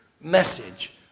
message